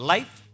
Life